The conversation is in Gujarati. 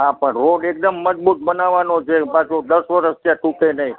હા પણ રોડ એકદમ મજબૂત બનાવવાનો છે પાછો દસ વરસ ત્યાં તૂટે નહીં